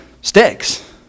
sticks